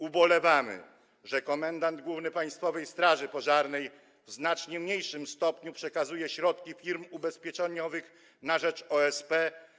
Ubolewamy nad faktem, że komendant główny Państwowej Straży Pożarnej w znacznie mniejszym stopniu przekazuje środki firm ubezpieczeniowych na rzecz OSP.